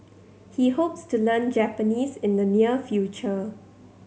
he hopes to learn Japanese in the near future